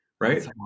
Right